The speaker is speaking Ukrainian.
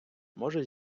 може